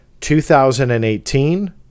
2018